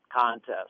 contest